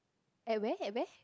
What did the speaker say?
at where at where